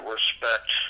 respect